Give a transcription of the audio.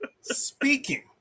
Speaking